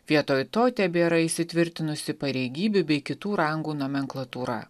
vietoj to tebėra įsitvirtinusi pareigybių bei kitų rangų nomenklatūra